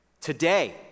today